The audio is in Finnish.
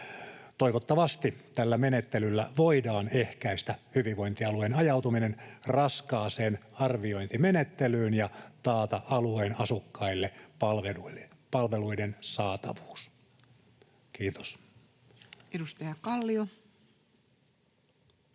Toivottavasti tällä menettelyllä voidaan ehkäistä hyvinvointialueen hajautuminen raskaaseen arviointimenettelyyn ja taata alueen asukkaille palveluiden saatavuus. — Kiitos. [Speech 236]